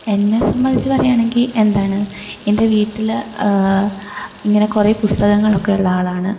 എന്നെ സംബന്ധിച്ച് പറയാണെങ്കിൽ എന്താണ് എൻ്റെ വീട്ടിൽ ഇങ്ങനെ കുറെ പുസ്തകങ്ങളൊക്കെ ഉള്ള ആളാണ്